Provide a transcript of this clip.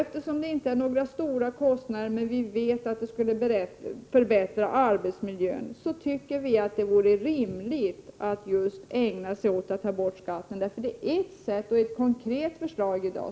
Eftersom det inte är fråga om några stora kostnader men att det skulle förbättra arbetsmiljön, tycker vi att det vore rimligt att ta bort skatten. Detta är ett konkret förslag.